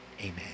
amen